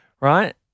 right